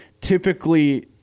typically